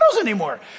anymore